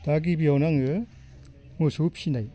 दा गिबियावनो आङो मोसौ फिसिनाय